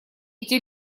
эти